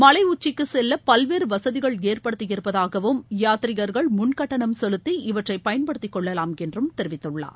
மலை உச்சிக்கு செல்ல பல்வேறு வசதிகள் ஏற்படுத்தி இருப்பதாகவும் யாத்ரீகர்கள் முன்கட்டணம் செலுத்தி இவற்றை பயன்படுத்திக் கொள்ளலாம் என்றும் தெரிவித்துள்ளார்